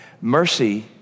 Mercy